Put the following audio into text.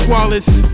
Wallace